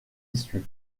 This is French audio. issue